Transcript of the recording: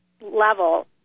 level